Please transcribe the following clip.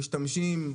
משתמשים,